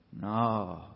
No